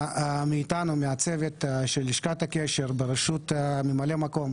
מאיתנו, מהצוות של לשכת הקשר, בראשות ממלא מקום